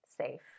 safe